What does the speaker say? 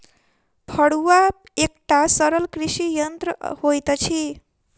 फड़ुआ एकटा सरल कृषि यंत्र होइत अछि